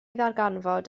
ddarganfod